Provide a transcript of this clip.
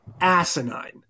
asinine